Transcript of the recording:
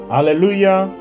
Hallelujah